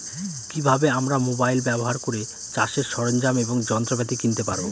কি ভাবে আমরা মোবাইল ব্যাবহার করে চাষের সরঞ্জাম এবং যন্ত্রপাতি কিনতে পারবো?